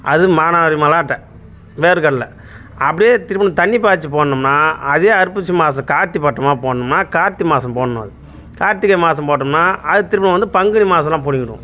அது மானாவாரி மல்லாட்டை வேர்க்கடலை அப்படியே திரும்ப இந்த தண்ணி பாய்ச்ச போடணும்னா அதே அர்ப்பசி மாதம் கார்த்திகை பட்டமாக போடணும்னா கார்த்திகை மாதம் போடணும் அது கார்த்திகை மாதம் போட்டோம்னால் அது திரும்ப வந்து பங்குனி மாதம்லாம் பிடுங்கிடுவோம்